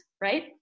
right